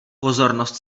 pozornost